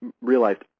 realized